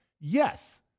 yes